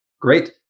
Great